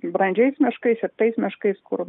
brandžiais miškais ir tais miškais kur